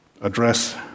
address